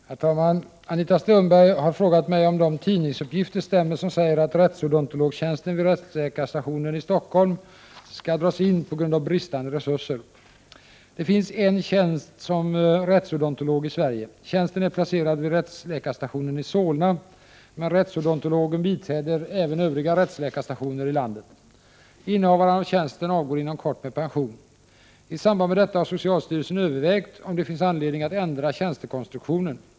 Herr talman! Anita Stenberg har frågat mig om de tidningsuppgifter stämmer som säger att rättsodontologtjänsten vid rättsläkarstationen i Stockholm skall dras in på grund av bristen på resurser. Det finns en tjänst som rättsodontolog i Sverige. Tjänsten är placerad vid rättsläkarstationen i Solna, men rättsodontologen biträder även övriga rättsläkarstationer i landet. Innehavaren av tjänsten avgår inom kort med pension. I samband med detta har socialstyrelsen övervägt om det finns anledning att ändra tjänstekonstruktionen.